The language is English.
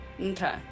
okay